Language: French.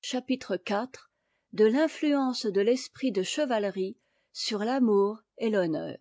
chapitre iv de mt kemeea'e l'esprit de caeu te k f mo r et aomkemr